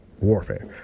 warfare